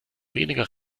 weniger